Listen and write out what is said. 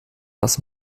das